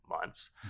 months